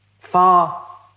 far